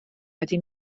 wedi